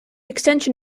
extension